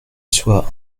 soit